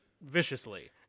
viciously